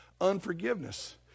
unforgiveness